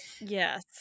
yes